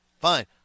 Fine